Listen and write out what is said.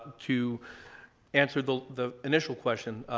to answer the the initial question,